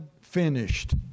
finished